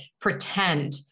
pretend